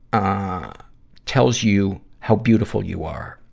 ah tells you how beautiful you are.